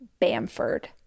Bamford